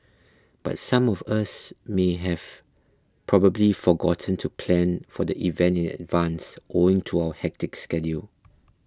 but some of us may have probably forgotten to plan for the event in advance owing to our hectic schedule